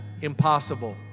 impossible